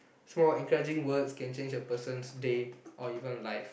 small encouraging words can change a person's day or even life